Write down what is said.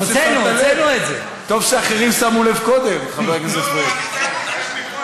ההצעה שמונחת בפני חברי הכנסת כוללת שני תיקונים